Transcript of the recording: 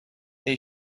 they